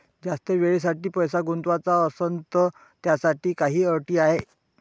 जास्त वेळेसाठी पैसा गुंतवाचा असनं त त्याच्यासाठी काही अटी हाय?